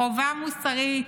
חובה מוסרית,